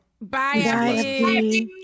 bye